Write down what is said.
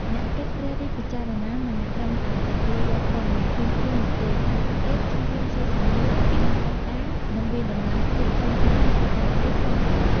អ្នកគិតត្រិះរិះពិចារណា មិនត្រឹមតែទទួលយកព័ត៌មានភ្លាមៗនោះទេ តែពួកគេព្យាយាម សួរសំណួរ ពិនិត្យភស្តុតាង និងវាយតម្លៃភាពត្រឹមត្រូវ នៃគំនិត ឬព័ត៌មាន។